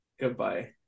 Goodbye